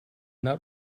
not